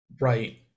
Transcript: right